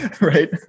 right